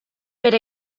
per